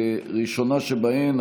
הראשונה שבהן,